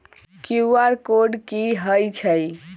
QR code कि हई छई?